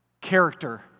character